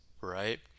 right